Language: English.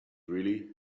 really